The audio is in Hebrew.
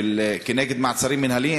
כנגד מעצרים מינהליים,